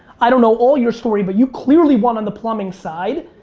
i don't know all your story, but you clearly won on the plumbing side.